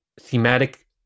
thematic